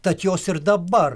tad jos ir dabar